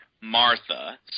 Martha